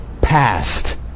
past